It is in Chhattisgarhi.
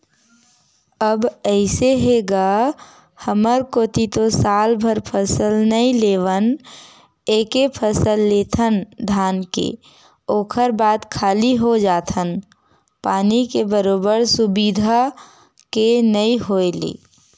अब अइसे हे गा हमर कोती तो सालभर फसल नइ लेवन एके फसल लेथन धान के ओखर बाद खाली हो जाथन पानी के बरोबर सुबिधा के नइ होय ले